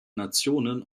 nationen